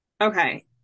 Okay